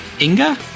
Inga